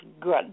good